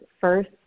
first